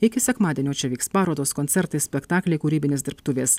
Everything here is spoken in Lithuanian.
iki sekmadienio čia vyks parodos koncertai spektakliai kūrybinės dirbtuvės